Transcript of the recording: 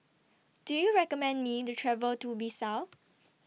Do YOU recommend Me The travel to Bissau